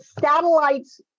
satellites